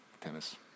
Tennis